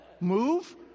Move